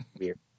weird